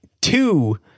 two